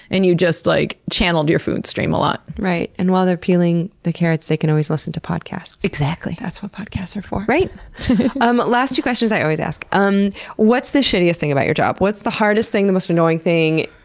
and you just like channeled your food stream a lot. and while they're peeling the carrots they can always listen to podcasts. exactly. that's what podcasts are for. um last two questions i always ask. um what's the shittiest thing about your job? what's the hardest thing, the most annoying thing?